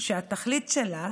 שהתכלית שלה